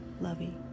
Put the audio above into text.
lovey